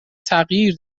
تغییر